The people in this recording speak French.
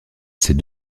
ces